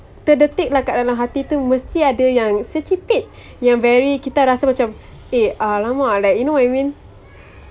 terdetik lah kat dalam hati tu mesti ada yang setitik yang very kita rasa macam eh !alamak! you know what I mean